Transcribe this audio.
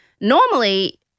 Normally